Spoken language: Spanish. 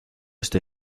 este